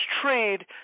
trade